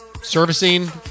Servicing